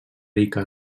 rica